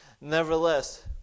Nevertheless